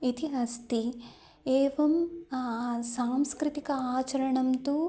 इति अस्ति एवं सांस्कृतिक आचरणं तु